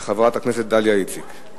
של חברת הכנסת דליה איציק.